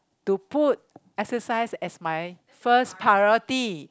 to put exercise as my first priority